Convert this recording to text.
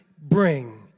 bring